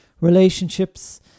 relationships